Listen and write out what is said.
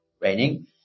raining